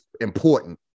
important